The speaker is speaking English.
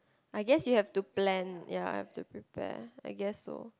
I guess you have to plan ya I have to prepare I guess so